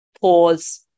Pause